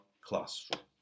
classroom